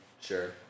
Sure